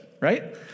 Right